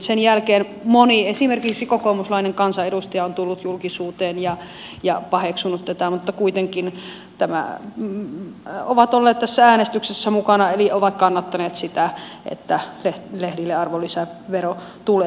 sen jälkeen esimerkiksi moni kokoomuslainen kansanedustaja on tullut julkisuuteen ja paheksunut tätä mutta kuitenkin on ollut tässä äänestyksessä mukana eli on kannattanut sitä että lehdille arvonlisävero tulee